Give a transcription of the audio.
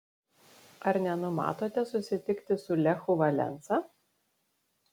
ar nenumatote susitikti su lechu valensa